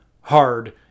hard